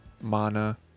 mana